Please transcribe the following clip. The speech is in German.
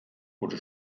wurde